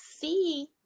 see